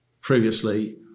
previously